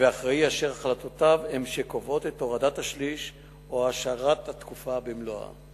ואחראי אשר החלטותיו הן שקובעות את הורדת השליש או השארת התקופה במלואה.